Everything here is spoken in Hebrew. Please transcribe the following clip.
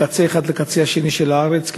מקצה אחד לקצה השני של הארץ,